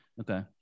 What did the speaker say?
okay